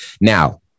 Now